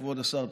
כבוד השר,